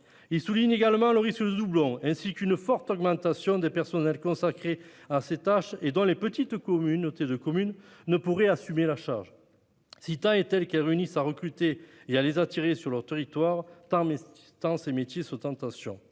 Ils relèvent également le risque de doublons, qui implique une forte augmentation des personnels consacrés à ces tâches. Les petites communautés de communes ne pourraient assumer cette charge, si tant est qu'elles réussissent à recruter et à les attirer sur leurs territoires, tant ces métiers sont en tension.